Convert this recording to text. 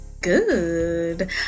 Good